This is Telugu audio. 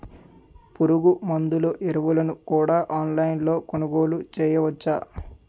పురుగుమందులు ఎరువులను కూడా ఆన్లైన్ లొ కొనుగోలు చేయవచ్చా?